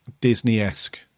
Disney-esque